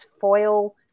foil